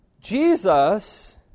Jesus